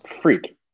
Freak